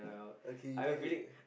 okay you get it